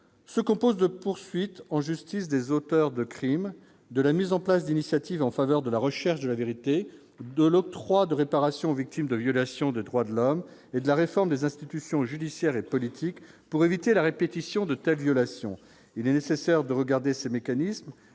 se compose de poursuite en justice des auteurs de crimes, de la mise en place d'initiatives en faveur de la recherche de la vérité de l'octroi de réparation aux victimes de violations de droits de l'homme et de la réforme des institutions judiciaires et politiques pour éviter la répétition de telles violations, il est nécessaire de regarder ces mécanismes